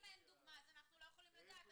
אם אין דוגמה, אז אנחנו לא יכולים לדעת.